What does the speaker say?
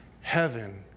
Heaven